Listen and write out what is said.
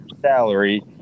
salary